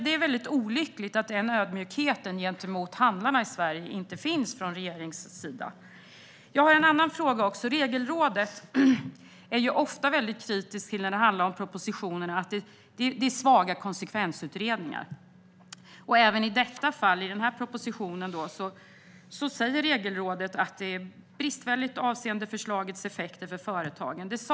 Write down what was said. Det är väldigt olyckligt att det från regeringens sida inte finns någon ödmjukhet gentemot handlarna i Sverige. Jag har en annan fråga också. Regelrådet är ofta väldigt kritiskt till de svaga konsekvensutredningarna i propositionerna. Även när det gäller denna proposition säger Regelrådet att utredningen avseende förslagets effekter för företagen är bristfällig.